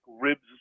ribs